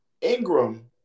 Ingram